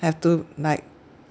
have to like